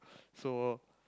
so